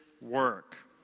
work